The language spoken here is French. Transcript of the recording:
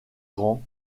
grand